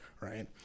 right